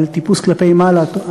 טיפוס כלפי מעלה,